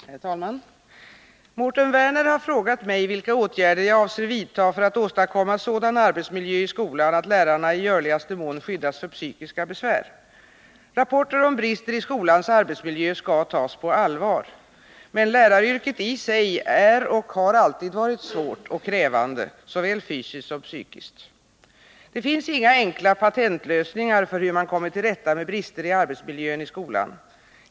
Herr talman! Mårten Werner har frågat mig vilka åtgärder jag avser vidta för att åstadkomma sådan arbetsmiljö i skolan att lärarna i görligaste mån skyddas för psykiska besvär. Rapporter om brister i skolans arbetsmiljö skall tas på allvar. Men läraryrket i sig är och har alltid varit svårt och krävande såväl fysiskt som psykiskt. Det finns inga enkla patentlösningar för hur man kommer till rätta med brister i arbetsmiljön i skolan.